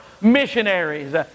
missionaries